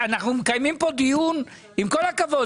מקיימים כאן דיון ועם כל הכבוד,